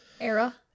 era